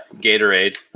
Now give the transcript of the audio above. Gatorade